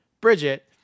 Bridget